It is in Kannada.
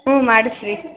ಹ್ಞೂ ಮಾಡಿಸ್ರಿ